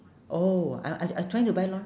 oh I I I trying to buy long